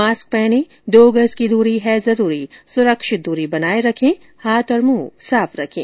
mask पहनें दो गज दूरी है जरूरी सुरक्षित दूरी बनाये रखें हाथ और मुंह साफ रखें